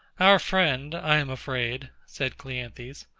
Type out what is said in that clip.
our friend, i am afraid, said cleanthes,